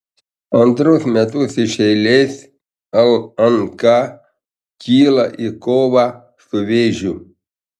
antrus metus iš eilės lnk kyla į kovą su vėžiu